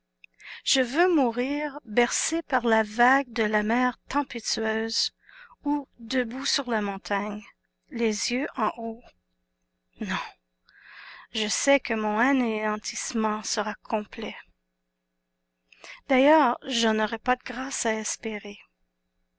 je veux mourir bercé par la vague de la mer tempétueuse ou debout sur la montagne les yeux en haut non je sais que mon anéantissement sera complet d'ailleurs je n'aurais pas de grâce à espérer